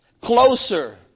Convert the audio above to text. closer